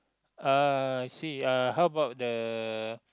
ah I see how about the